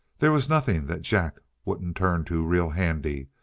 they was nothing that jack wouldn't turn to real handy,